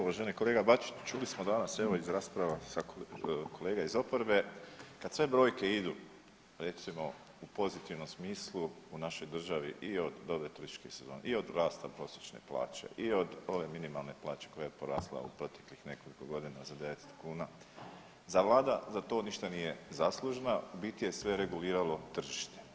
Uvaženi kolega Bačić, čuli smo danas evo iz rasprava kolega iz oporbe kad sve brojke idu recimo u pozitivnom smislu u našoj državi i od dobre turističke sezone i od rasta prosječne plaće i od ove minimalne plaće koja je porasla u proteklih nekoliko godina za 900 kuna, vlada za to ništa nije zaslužna, u biti je sve reguliralo tržište.